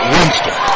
Winston